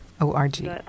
O-R-G